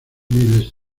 miles